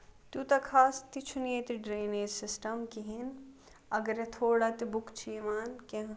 تیٛوٗتاہ خاص تہِ چھُنہٕ ییٚتہِ ڈرٛنیٚج سِسٹَم کِہیٖنٛۍ اَگرے تھوڑا تہِ بُک چھِ یِوان کیٚنٛہہ